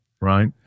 Right